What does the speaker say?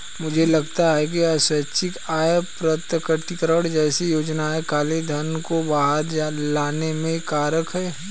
मुझे लगता है कि स्वैच्छिक आय प्रकटीकरण जैसी योजनाएं काले धन को बाहर लाने में कारगर हैं